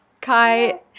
Kai